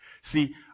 See